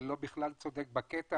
אבל לא צדוק בקטע